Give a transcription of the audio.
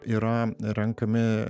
yra renkami